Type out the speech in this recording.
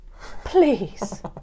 please